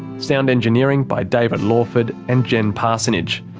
sound engineering by david lawford and jen parsonnage.